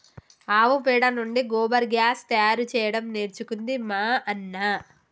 ఆవు పెండ నుండి గోబర్ గ్యాస్ తయారు చేయడం నేర్చుకుంది మా అన్న